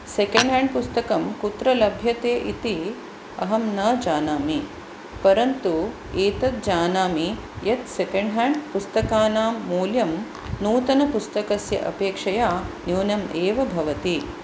second hand पुस्तकं कुत्र लभ्यते इति अहं न जानामि परन्तु एतज्जानामि यत् सेकेण्ड् ह्याण्ड् पुस्तकानां मूल्यं नूतनपुस्तकस्य अपेक्षया न्यूनम् एव भवति